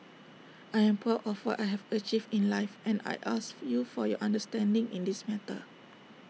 I am proud of what I have achieved in life and I ask for you for your understanding in this matter